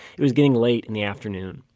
it was getting late in the afternoon,